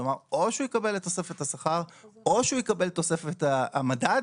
כלומר או שהוא יקבל את תוספת השכר או שהוא יקבל תוספת המדד,